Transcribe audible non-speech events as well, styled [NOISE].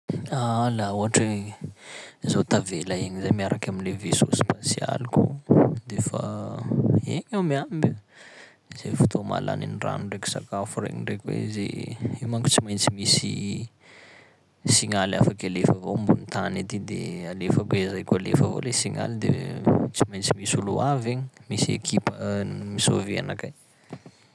Ah! Laha ohatry hoe zaho tavela egny zay miaraky am'le vaisseau spatialiko de fa eny aho miamby e, zay fotoa mahalany an'ny rano ndraiky sakafo regny ndraiky hoe zay io manko tsy maintsy misy signaly afaky alefa avao ambony tany aty de alefako ezahiko alefa avao le signaly de [HESITATION] [NOISE] tsy maintsy misy olo avy egny, misy ekipa [HESITATION] m-sauver anakay.